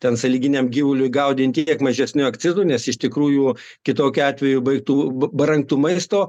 ten sąlyginiam gyvuliui gaudin tiek mažesniu akcizu nes iš tikrųjų kitokiu atveju baigtų brangtų maisto